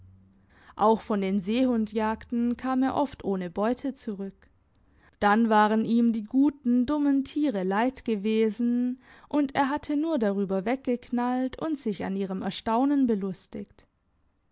auch von den seehundjagden kam er oft ohne beute zurück dann waren ihm die guten dummen tiere leid gewesen und er hatte nur darüber weggeknallt und sich an ihrem erstaunen belustigt